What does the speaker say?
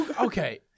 Okay